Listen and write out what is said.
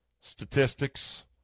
statistics